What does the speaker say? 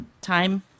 Time